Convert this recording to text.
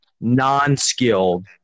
non-skilled